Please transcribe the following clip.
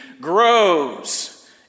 grows